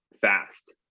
fast